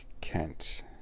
Kent